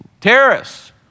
terrorists